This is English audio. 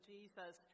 Jesus